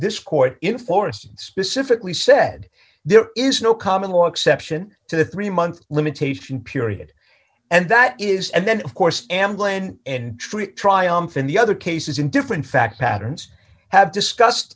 this court in forest specifically said there is no common law exception to the three month limitation period and that is and then of course i am glenn and treat triumph in the other cases in different fact patterns have discussed